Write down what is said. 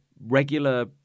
Regular